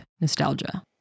nostalgia